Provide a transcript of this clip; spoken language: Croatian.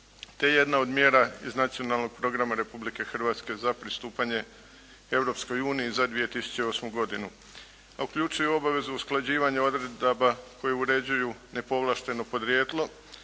te jedna od mjera iz Nacionalnog programa Republike Hrvatske za pristupanje Europskoj uniji za 2008. godinu a uključuje i obavezu usklađivanja odredaba koje uređuju nepovlašteno podrijetlo